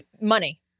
Money